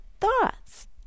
thoughts